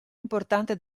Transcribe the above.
importante